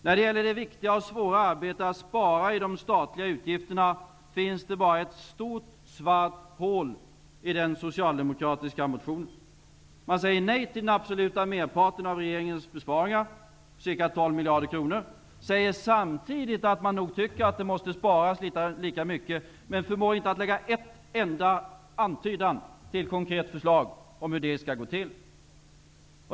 När det gäller det viktiga, och svåra, arbetet att spara i de statliga utgifterna finns det bara ett stort svart hål i den socialdemokratiska motionen. Man säger nej till den absoluta merparten av regeringens förslag till besparingar på ca 12 miljarder kronor, säger samtidigt att man tycker att det nog behöver sparas mycket men förmår inte att lägga fram en enda antydan till ett konkret förslag till hur detta skall gå till.